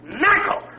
knuckle